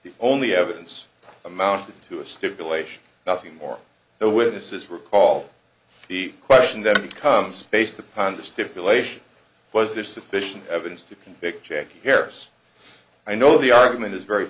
the only evidence amounted to a stipulation nothing more no witnesses recall the question then becomes based upon the stipulation was there sufficient evidence to convict jackie here i know the argument is very